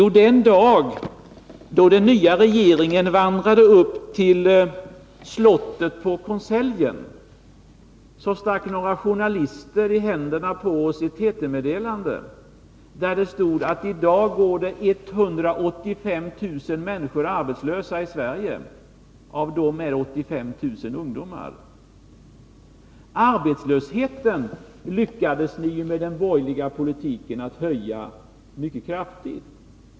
Jo, den dag då den nya regeringen vandrade upp till konseljen på slottet stack några journalister ett TT-meddelande i händerna på oss där det stod att det går 185 000 människor arbetslösa i Sverige och att 85 000 av dem är ungdomar. Arbetslösheten lyckades ni att med den borgerliga politiken höja mycket kraftigt.